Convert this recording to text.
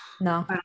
no